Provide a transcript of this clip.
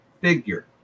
figure